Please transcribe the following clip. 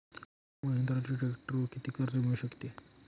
महिंद्राच्या ट्रॅक्टरवर किती कर्ज मिळू शकते?